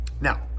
Now